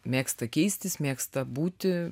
mėgsta keistis mėgsta būti